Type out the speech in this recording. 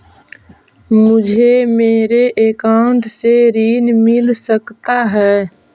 मुझे मेरे अकाउंट से ऋण मिल सकता है?